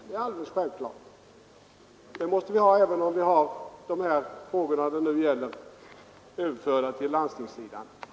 Det är vi tvungna att ha även om de frågor det här gäller blir överförda till landstingssidan.